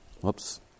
Whoops